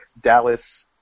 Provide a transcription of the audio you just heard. Dallas